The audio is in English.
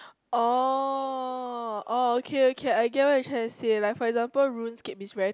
oh oh okay okay I get what you trying to say like for example runescape is very